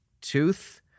tooth